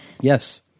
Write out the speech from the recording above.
Yes